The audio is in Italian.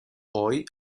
poi